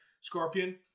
Scorpion